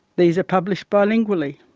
these are published bilingually.